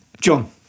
john